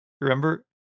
Remember